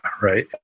right